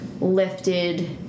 lifted